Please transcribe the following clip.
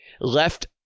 Left